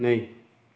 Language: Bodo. नै